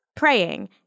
Praying